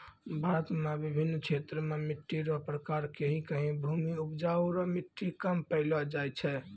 भारत मे बिभिन्न क्षेत्र मे मट्टी रो प्रकार कहीं कहीं भूमि उपजाउ रो मट्टी कम पैलो जाय छै